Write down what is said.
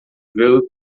group